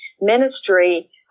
ministry